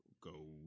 go